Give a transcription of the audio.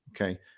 okay